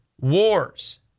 Wars